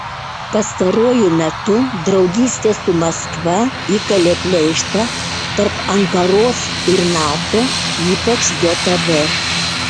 pastaruoju metu draugystė su maskva įkalė pleištą tarp ankaros ir nato ypač jav